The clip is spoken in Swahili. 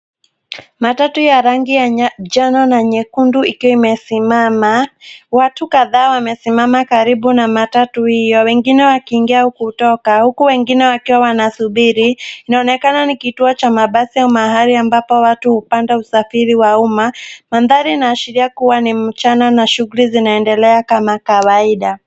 Matatu ya rangi ya njano na nyekundu ikiwa imesimama. Watu kadhaa wamesimama karibu na matatu hiyo wengine wakiingia au kutoka huku wengine wakiwa wanasuburi. Inaonekana ni kituo cha mabasi au mahali ambapo watu hupanda usafiri wa umma. Mandhari inaashiria kuwa ni mchana na shughuli zinaendelea kama kawaida.